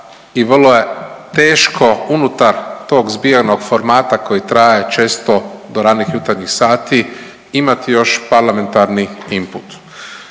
i vrlo je teško unutar tog zbijenog formata koji traje često do ranih jutarnjih sati imati još parlamentarni imput.